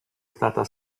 stata